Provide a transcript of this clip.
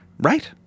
right